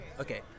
Okay